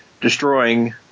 destroying